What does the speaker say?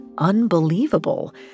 unbelievable